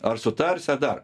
ar sutarsi a dar